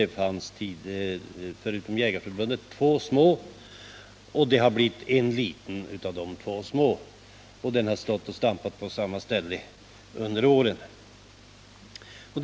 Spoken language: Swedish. Det fanns tidigare förutom Jägareförbundet två små organisationer, och det har blivit en liten organisation — Jägarnas riksförbund Landsbygdens jägare — av de två små. Den har stått och stampat på samma ställe under alla år.